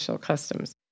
customs